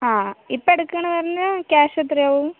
ആ ഇപ്പം എടുക്കുകയാണെന്ന് പറഞ്ഞാൽ ക്യാഷ് എത്രയാവും